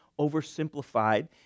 oversimplified